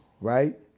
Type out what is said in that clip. Right